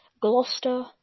Gloucester